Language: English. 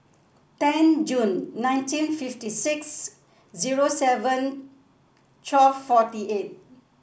ten June nineteen fifty six zero seven twelve forty eight